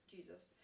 Jesus